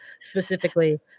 specifically